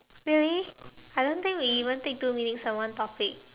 really I don't think we even take two minutes on one topic